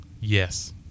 Yes